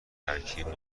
ترکیب